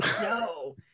No